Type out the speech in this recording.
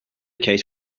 case